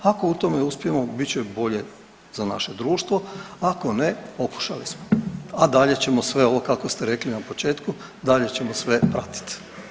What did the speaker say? Ako u tome uspijemo bit će bolje za naše društvo, ako ne pokušali smo, a dalje ćemo sve ovo kako ste rekli na početku, dalje ćemo sve pratiti.